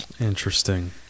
Interesting